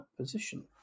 position